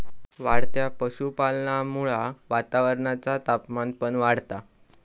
वाढत्या पशुपालनामुळा वातावरणाचा तापमान पण वाढता